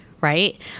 right